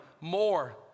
more